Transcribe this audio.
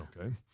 Okay